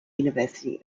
university